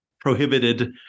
prohibited